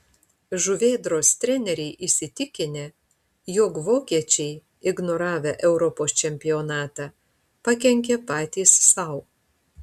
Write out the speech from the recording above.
žuvėdros treneriai įsitikinę jog vokiečiai ignoravę europos čempionatą pakenkė patys sau